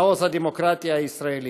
מעוז הדמוקרטיה הישראלית.